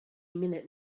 minute